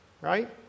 right